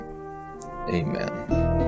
Amen